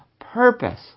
purpose